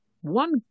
one